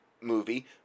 movie